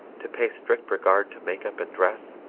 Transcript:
to pay strict regard to makeup and dress,